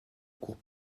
courent